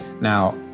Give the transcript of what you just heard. Now